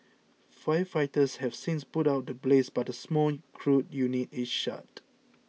firefighters have since put out the blaze but the small crude unit is shut